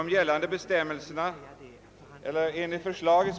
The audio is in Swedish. Herr talman!